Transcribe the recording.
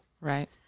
Right